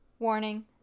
Warning